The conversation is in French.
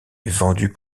vendus